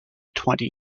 twenty